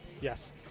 Yes